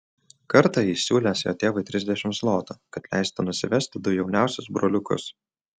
kartą jis siūlęs jo tėvui trisdešimt zlotų kad leistų nusivesti du jauniausius broliukus